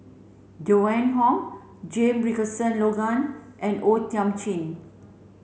Joan Hon Jame Richardson Logan and O Thiam Chin